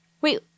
Wait